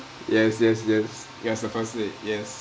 yes yes yes yes of course say yes